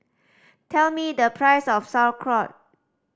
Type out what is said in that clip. tell me the price of Sauerkraut